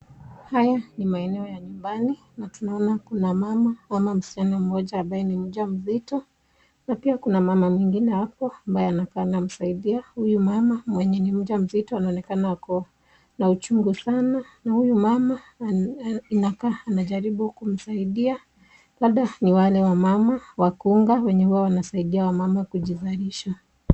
Haya ni maeneo ya nyumbani na tunaona kuna mama, mama msichana mmoja ambaye ni mjamzito. Na pia kuna mama mwingine hapo ambaye anakaa anamsaidia. Huyu mama mwenye ni mjamzito anaonekana ako na uchungu sana na huyu mama inakaa ananajaribu kumsaidia. Dada ni wale wa mama wakunga wenye wao wanasaidia wamama kujizalisha.